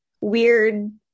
weird